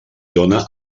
dóna